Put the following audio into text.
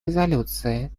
резолюции